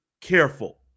careful